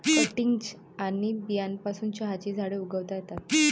cuttings आणि बियांपासून चहाची झाडे उगवता येतात